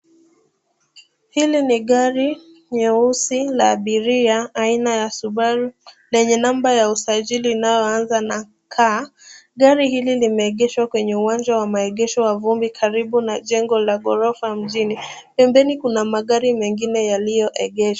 Hili ni gari nyeusi la abiria aina ya subaru lenye namba ya usajili inayoanza na K. Gari hili limeegeshwa kwenye uwanja wa maegesho wa vumbi karibu na jengo la ghorofa mjini. Pembeni kuna magari mengine yaliyoegeshwa.